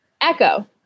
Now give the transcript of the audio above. Echo